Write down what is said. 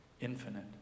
infinite